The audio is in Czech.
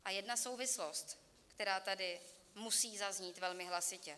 A jedna souvislost, která tady musí zaznít velmi hlasitě.